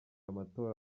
amatora